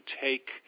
take